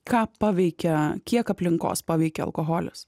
ką paveikia kiek aplinkos paveikia alkoholis